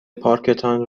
پارکتان